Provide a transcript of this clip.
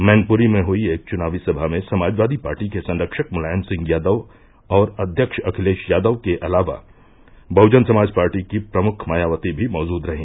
मैनपुरी में हुयी एक चुनावी सभा में समाजवादी पार्टी के संरक्षक मुलायम सिंह यादव और अध्यक्ष अखिलेश यादव के अलावा बहुजन समाज पार्टी की प्रमुख मायावती भी मौजूद रहीं